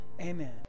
Amen